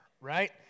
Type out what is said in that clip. right